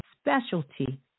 specialty